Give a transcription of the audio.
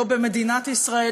לא במדינת ישראל,